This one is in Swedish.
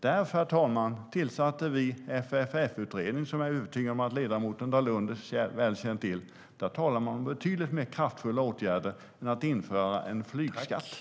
Därför, herr talman, tillsatte vi FFF-utredningen, som jag är övertygad om att ledamoten Dalunde väl känner till. Där talar man om betydligt kraftfullare åtgärder än att införa en flygskatt.